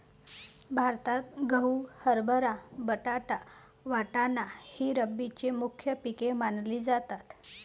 भारतात गहू, हरभरा, बटाटा, वाटाणा ही रब्बीची मुख्य पिके मानली जातात